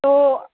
تو